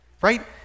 Right